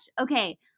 okay